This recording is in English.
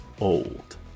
old